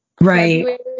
Right